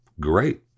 great